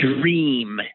dream